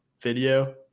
video